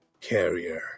Carrier